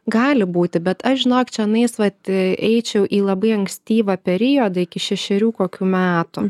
gali būti bet aš žinok čionais vat eičiau į labai ankstyvą periodą iki šešerių kokių metų